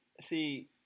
See